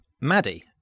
Maddie